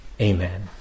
amen